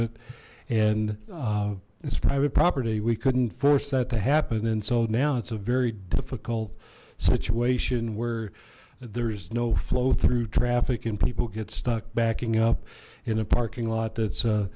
it and it's private property we couldn't force that to happen and so now it's a very difficult situation where there's no flow through traffic and people get stuck backing up in a parking lot that's